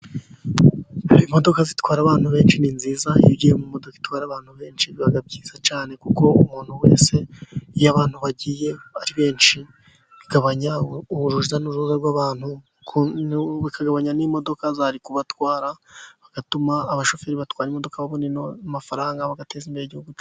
Imodoka zitwara abantu benshi ni nziza iyo ugiye mu modoka itwara abantu benshi biba byiza cyane kuko umuntu wese iyo abantu bagiye ari benshi bigabanya ururujya n'uruza rw'abantu. Bikagabanya n'imodoka zari kubatwara bagatuma abashoferi batwara imodoka babona amafaranga bagateza imbere Igihugu cyacu.